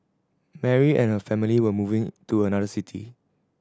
Mary and her family were moving to another city